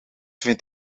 vindt